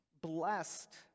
blessed